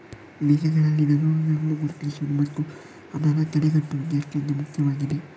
ಮೇಕೆಗಳಲ್ಲಿನ ರೋಗಗಳನ್ನು ಗುರುತಿಸುವುದು ಮತ್ತು ಅದರ ತಡೆಗಟ್ಟುವಿಕೆ ಅತ್ಯಂತ ಮುಖ್ಯವಾಗಿದೆ